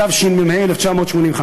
התשמ"ה 1985,